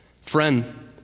Friend